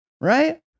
Right